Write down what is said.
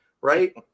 right